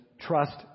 trust